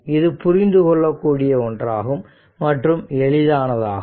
இது புரிந்துகொள்ளக்கூடிய ஒன்றாகும் மற்றும் எளிதானதாகும்